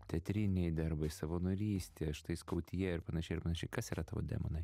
teatriniai darbai savanorystė štai skautija ir panašiai ir panašiai kas yra tavo demonai